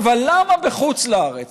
אבל למה בחוץ-לארץ?